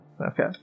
Okay